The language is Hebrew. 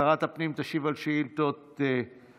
שרת הפנים תשיב על השאילתות הבאות.